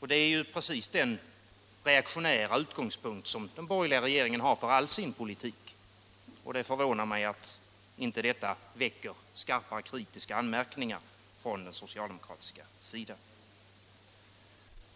Det är precis den reaktionära utgångspunkt som den borgerliga regeringen har för all sin politik. Det förvånar mig att det inte väcker skarpa kritiska anmärkningar från den socialdemokratiska sidan.